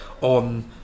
on